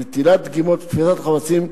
נטילת דגימות ותפיסת חפצים,